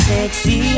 Sexy